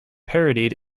parodied